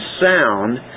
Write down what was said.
sound